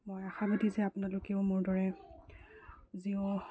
মই আশাবাদী যে আপোনালোকেও মোৰ দৰে জিঅ'